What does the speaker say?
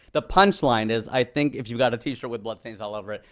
the punch line is, i think, if you've got a t-shirt with blood stains all over it,